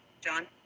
John